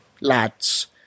lads